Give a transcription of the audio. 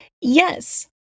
Yes